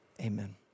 Amen